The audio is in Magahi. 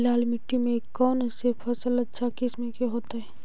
लाल मिट्टी में कौन से फसल अच्छा किस्म के होतै?